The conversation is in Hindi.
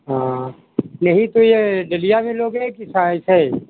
हाँ यही तो ये डलिया में लोगे कि क ऐसेय